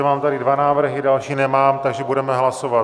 Mám tady dva návrhy, další nemám, takže budeme hlasovat.